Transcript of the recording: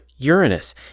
Uranus